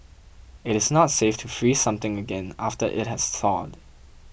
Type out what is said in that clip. it is not safe to freeze something again after it has thawed